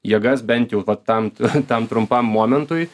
jėgas bent jau va tam tam trumpam momentui